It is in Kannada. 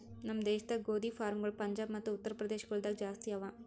ನಮ್ ದೇಶದಾಗ್ ಗೋದಿ ಫಾರ್ಮ್ಗೊಳ್ ಪಂಜಾಬ್ ಮತ್ತ ಉತ್ತರ್ ಪ್ರದೇಶ ಗೊಳ್ದಾಗ್ ಜಾಸ್ತಿ ಅವಾ